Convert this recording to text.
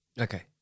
Okay